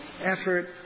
effort